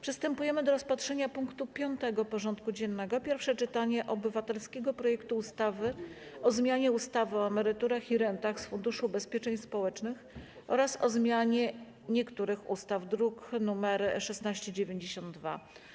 Przystępujemy do rozpatrzenia punktu 5. porządku dziennego: Pierwsze czytanie obywatelskiego projektu ustawy o zmianie ustawy o emeryturach i rentach z Funduszu Ubezpieczeń Społecznych oraz o zmianie niektórych ustaw (druk nr 1692)